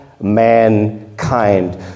mankind